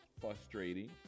frustrating